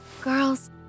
Girls